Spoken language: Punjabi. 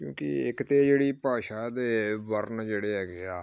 ਕਿਉਂਕਿ ਇੱਕ ਤਾਂ ਜਿਹੜੀ ਭਾਸ਼ਾ ਦੇ ਵਰਨ ਜਿਹੜੇ ਹੈਗੇ ਆ